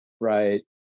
right